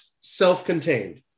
self-contained